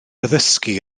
addysgu